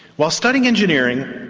while studying engineering,